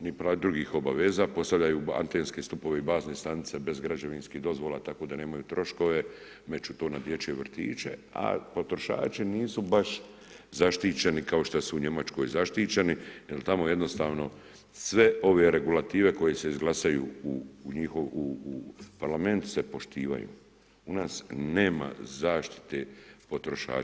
ni drugih obaveza, postavljaju antenske stupove i bazne stanice bez građevinskih dozvola tako da nemaju troškove, meću to na dječje vrtiće, a potrošači nisu baš zaštićeni kao što su u Njemačkoj zaštićeni jer tamo jednostavno sve ove regulative koje se izglasaju u parlament se poštivaju, u nas nema zaštite potrošača.